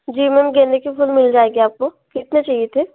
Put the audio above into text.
जी ma'am गेंदे के फूल मिल जाएंगे आपको कितने चाहिए थे